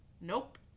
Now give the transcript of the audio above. Nope